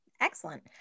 Excellent